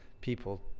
people